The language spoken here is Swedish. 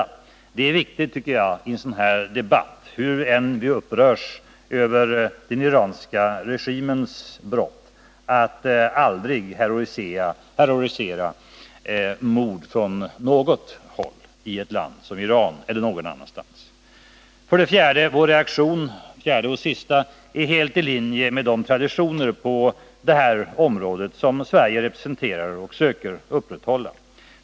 Jag tycker att det är viktigt att vi i en sådan här debatt, hur vi än upprörs av den iranska regimens brott, aldrig heroiserar mord från något håll. Till sist för det fjärde: Vår reaktion är helt i linje med de traditioner på detta område vilka Sverige representerar och försöker upprätthålla.